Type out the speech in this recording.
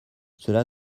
cela